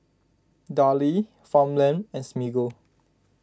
Darlie Farmland and Smiggle